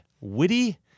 witty